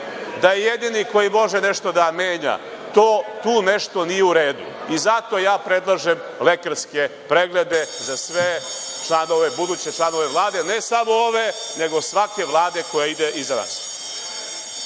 da je jedini koji može nešto da menja, tu nešto nije u redu i zato ja predlažem lekarske preglede za sve članove, buduće članove Vlade, ne samo ove, nego svake vlade koja ide iza nas.